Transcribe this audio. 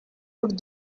would